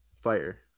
fire